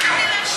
אדוני,